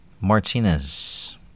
Martinez